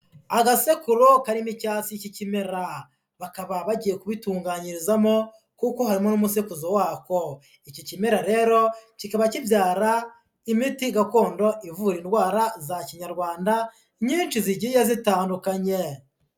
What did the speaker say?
Agasekuro karimo icyatsi cy'ikimera, bakaba bagiye kubitunganyirizamo kuko harimo n'umusekuzo wako, iki kimera rero kikaba kibyara imiti gakondo ivura indwara za Kinyarwanda nyinshi zigiye zitandukanye.